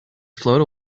float